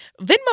Venmo